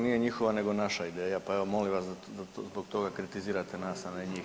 Nije njihova, nego naša ideja pa evo molim vas da zbog toga kritizirate nas, a ne njih.